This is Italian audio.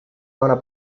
nona